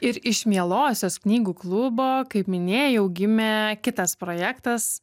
ir iš mielosios knygų klubo kaip minėjau gimė kitas projektas